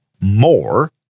more